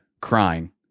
crying